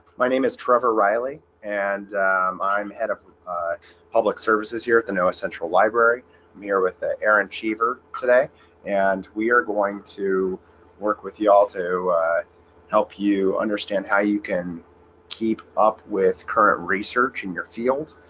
my name is trevor riley and i'm head of public services here at the noaa central library here with ah erin cheever today and we are going to work with you all to help you understand how you can keep up with current research in your field